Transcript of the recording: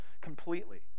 completely